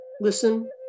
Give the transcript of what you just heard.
Listen